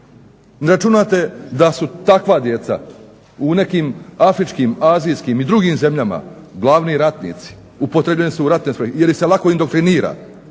ne računate da su takva djeca u nekim afričkim, azijskim i drugim zemljama glavni ratnici, upotrijebljeni su u ratne svrhe jer ih se lako indoktrinira